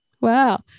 Wow